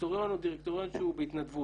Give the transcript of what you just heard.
הדירקטוריון הוא דירקטוריון שהוא בהתנדבות.